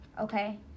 Okay